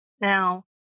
Now